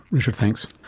richard, thanks.